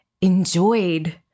enjoyed